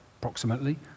approximately